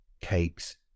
cakes